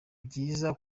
byiza